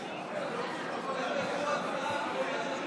חברות וחברי הכנסת